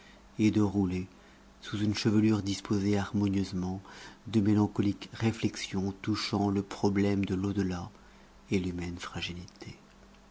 et de rouler sous une chevelure disposée harmonieusement de mélancoliques réflexions touchant le problème de lau delà et l'humaine fragilité